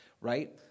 right